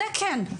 זה כן.